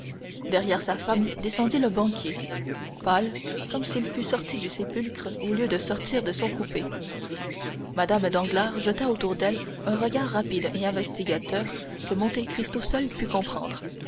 derrière sa femme descendit le banquier pâle comme s'il fût sorti du sépulcre au lieu de sortir de son coupé mme danglars jeta autour d'elle un regard rapide et investigateur que monte cristo seul put comprendre